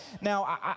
Now